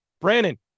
Brandon